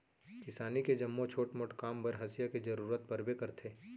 किसानी के जम्मो छोट मोट काम बर हँसिया के जरूरत परबे करथे